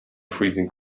freezing